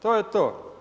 To je to.